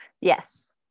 Yes